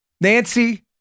Nancy